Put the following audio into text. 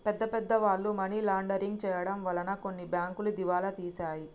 పెద్ద పెద్ద వాళ్ళు మనీ లాండరింగ్ చేయడం వలన కొన్ని బ్యాంకులు దివాలా తీశాయి